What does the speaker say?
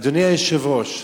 אדוני היושב-ראש,